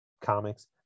comics